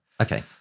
Okay